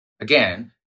again